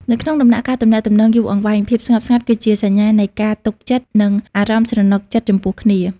នៅក្នុងដំណាក់កាលទំនាក់ទំនងយូរអង្វែង ភាពស្ងប់ស្ងាត់គឺជាសញ្ញានៃការទុកចិត្ត និងអារម្មណ៍ស្រណុកចិត្តចំពោះគ្នា។